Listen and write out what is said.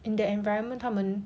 in that environment 他们